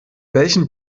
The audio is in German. welchen